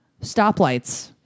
stoplights